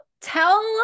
tell